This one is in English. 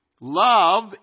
Love